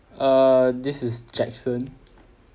err this is jackson